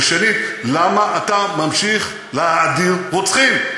ושנית, למה אתה ממשיך להאדיר רוצחים?